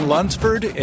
Lunsford